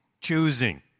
choosing